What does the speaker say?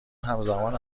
همزمان